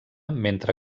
mentre